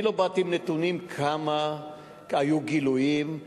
לא באתי עם נתונים כמה גילויים היו,